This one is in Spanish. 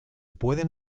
pueden